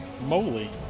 moly